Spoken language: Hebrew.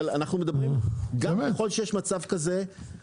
אבל אנחנו מדברים שככלל שיש מצב כזה,